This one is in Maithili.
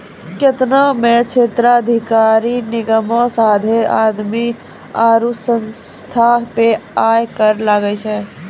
केतना ने क्षेत्राधिकार निगमो साथे आदमी आरु संस्था पे आय कर लागै छै